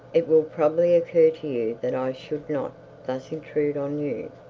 it will probably occur to you that i should not thus intrude on you,